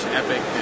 epic